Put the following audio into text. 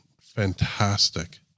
fantastic